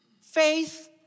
Faith